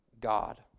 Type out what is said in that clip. God